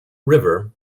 river